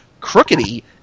crookedy